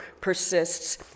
persists